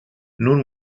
nun